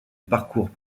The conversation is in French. parcours